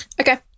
Okay